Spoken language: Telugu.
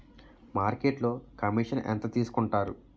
మార్కెట్లో కమిషన్ ఎంత తీసుకొంటారు?